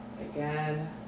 Again